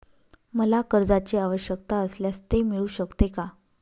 मला कर्जांची आवश्यकता असल्यास ते मिळू शकते का?